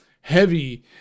heavy